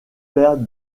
père